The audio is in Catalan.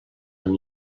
amb